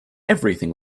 everything